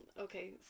okay